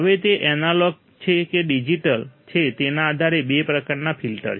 હવે તે એનાલોગ છે કે ડિજિટલ છે તેના આધારે બે પ્રકારના ફિલ્ટર છે